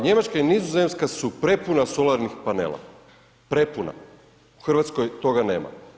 Njemačka i Nizozemska su prepuna solarnih panela, prepuna, u Hrvatskoj toga nema.